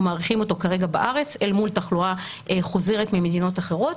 מעריכים אותו כרגע בארץ אל מול תחלואה חוזרת ממדינות אחרות,